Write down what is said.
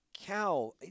cow